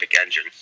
engine